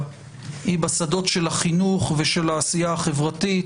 היא בשדות של החינוך ושל העשייה החברתית.